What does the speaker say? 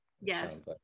Yes